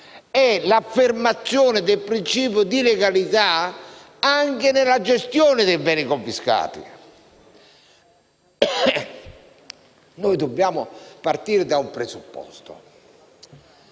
è l'affermazione del principio di legalità anche nella gestione dei beni confiscati. Dobbiamo partire da un presupposto: